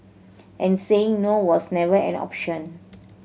and saying no was never an option